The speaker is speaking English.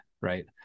right